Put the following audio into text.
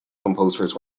composers